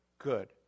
good